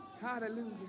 Hallelujah